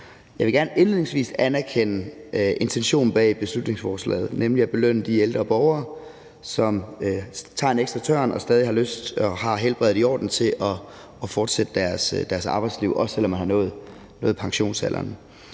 Jeg vil gerne indledningsvis anerkende intentionen bag beslutningsforslaget, nemlig at belønne de ældre borgere, som tager en ekstra tørn og stadig har lyst og har helbredet i orden til at fortsætte deres arbejdsliv, også selv om de har nået pensionsalderen.